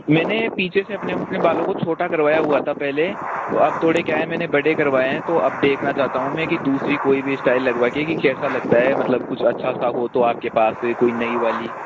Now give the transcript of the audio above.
मैंने पीछे से अपने अपने बालों को छोटा करवाया हुआ था पहले तो अब थोड़े क्या हैं मैंने बड़े करवाए हैं तो अब देखना चाहता हूँ कि दूसरी कोई भी स्टाइल लगवा के कि कैसा लगता है मतलब कुछ अच्छा सा हो आप के पास कोई नई वाली